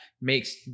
makes